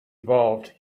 evolved